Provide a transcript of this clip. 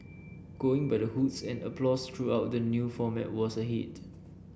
going by the hoots and applause throughout the new format was a hit